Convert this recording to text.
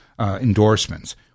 endorsements